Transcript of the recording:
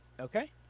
Okay